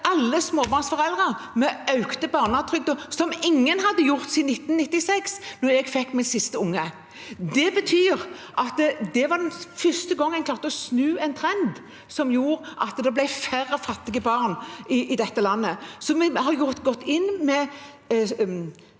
alle småbarnsforeldre: Vi økte barnetrygden, som ingen hadde gjort siden 1996, da jeg fikk min siste unge. Det betyr at det var første gang en klarte å snu en trend, og det gjorde at det ble færre fattige barn i dette landet. Vi har gått inn med